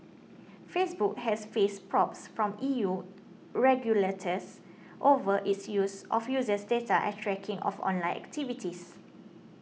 Facebook has faced probes from E U regulators over its use of users data and tracking of online activities